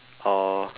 oh